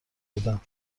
بودم